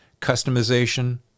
customization